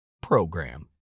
PROGRAM